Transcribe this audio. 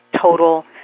total